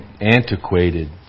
antiquated